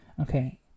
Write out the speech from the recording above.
Okay